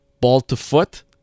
ball-to-foot